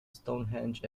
stonehenge